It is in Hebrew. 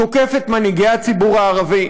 תוקף את מנהיגי הציבור הערבי,